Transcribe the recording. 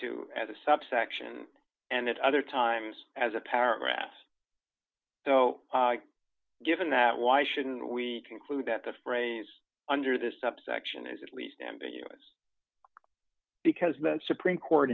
to as a subsection and at other times as a paragraph so given that why shouldn't we conclude that the phrase under this subsection is at least ambiguous because the supreme court